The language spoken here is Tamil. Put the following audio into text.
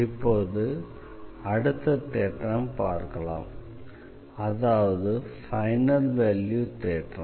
இப்போது அடுத்த தேற்றம் பார்க்கலாம் அதாவது ஃபைனல் வேல்யூ தேற்றம்